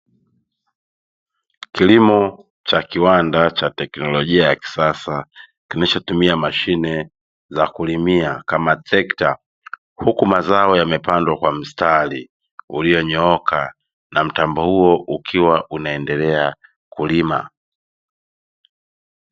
Kilimo cha kiwanda cha teknolojia ya kisasa kimeshatumia mashine za kulimia kama trekta huku mazao yamepandwa kwa mstari uliyonyooka na mtambo ukiwa unaendelea kulima.